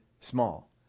small